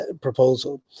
proposal